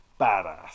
badass